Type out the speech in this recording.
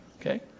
Okay